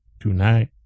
tonight